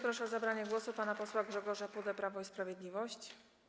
Proszę o zabranie głosu pana posła Grzegorza Pudę, Prawo i Sprawiedliwość.